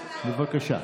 בבקשה.